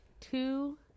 two